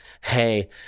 hey